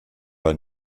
bei